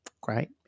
great